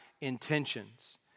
intentions